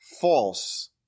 false